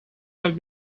have